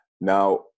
now